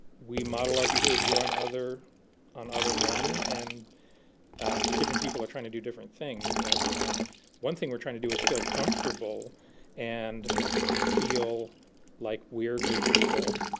we model our behavior on other on other men and ah different people are trying to do different things. but um one thing we're trying to do is feel comfortable and feel like we're good people.